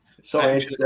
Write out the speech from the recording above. Sorry